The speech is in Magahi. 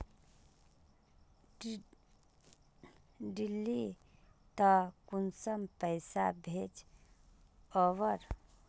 दिल्ली त कुंसम पैसा भेज ओवर?